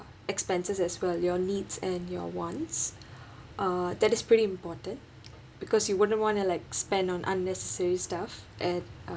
expenses as well your needs and your wants uh that is pretty important because you wouldn't want to like spend on unnecessary stuff at uh